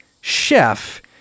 chef